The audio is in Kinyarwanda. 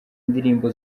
ndirimbo